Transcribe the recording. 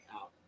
out